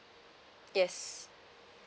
yes